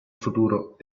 futuro